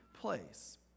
place